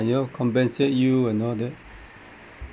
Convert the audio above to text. you know compensate you and all that